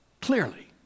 clearly